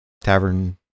tavern